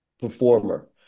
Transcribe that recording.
performer